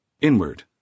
inward